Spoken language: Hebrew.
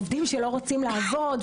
עובדים שלא רוצים לעבוד.